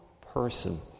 person